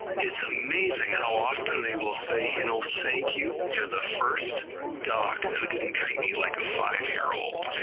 it's amazing how often they will say you know thank you, you're the first doc who didn't treat me like a five-year-old,